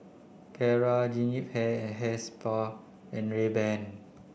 Kara Jean Yip Hair Hair Spa and Rayban